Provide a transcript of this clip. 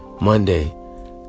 Monday